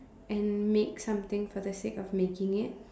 and make something for the sake of making it